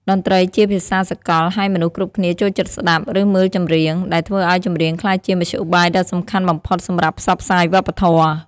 តន្ត្រីជាភាសាសកល ហើយមនុស្សគ្រប់គ្នាចូលចិត្តស្ដាប់ ឬមើលចម្រៀង ដែលធ្វើឲ្យចម្រៀងក្លាយជាមធ្យោបាយដ៏សំខាន់បំផុតសម្រាប់ផ្សព្វផ្សាយវប្បធម៌។